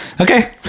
okay